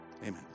Amen